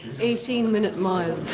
eighteen min mile.